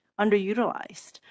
underutilized